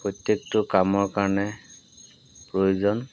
প্ৰত্যেকটো কামৰ কাৰণে প্ৰয়োজন